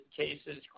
cases